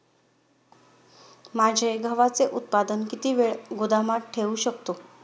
माझे गव्हाचे उत्पादन किती वेळ गोदामात ठेवू शकतो?